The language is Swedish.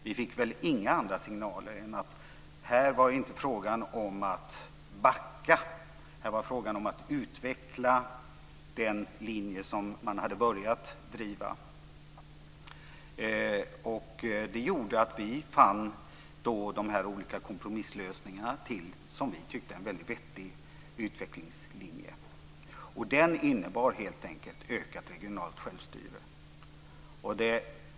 Vi fick väl inga andra signaler än att här var det inte fråga om att backa, utan här var det fråga om att utveckla den linje som man hade börjat driva. Det gjorde att vi fann de olika kompromisslösningarna för, som vi tyckte, en väldigt vettig utvecklingslinje. Den innebar helt enkelt ökat regionalt självstyre.